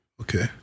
Okay